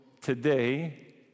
today